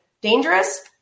dangerous